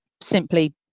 simply